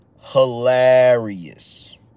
Hilarious